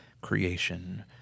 creation